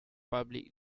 public